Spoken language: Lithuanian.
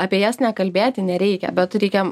apie jas nekalbėti nereikia bet reikia